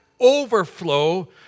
overflow